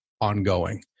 ongoing